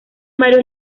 varios